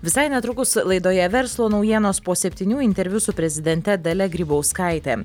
visai netrukus laidoje verslo naujienos po septynių interviu su prezidente dalia grybauskaite